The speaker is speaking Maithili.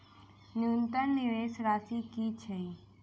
न्यूनतम निवेश राशि की छई?